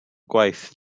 gwaith